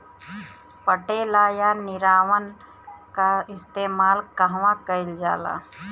पटेला या निरावन का इस्तेमाल कहवा कइल जाला?